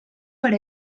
per